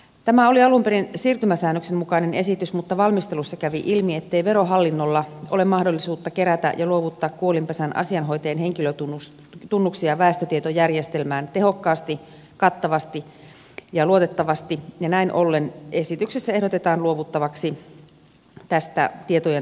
tämä oli alun perin siirtymäsäännöksen mukainen esitys mutta valmistelussa kävi ilmi ettei verohallinnolla ole mahdollisuutta kerätä ja luovuttaa kuolinpesän asianhoitajien henkilötunnuksia väestötietojärjestelmään tehokkaasti kattavasti ja luotettavasti ja näin ollen esityksessä ehdotetaan luovuttavaksi tästä tietojen tallentamisvelvoitteesta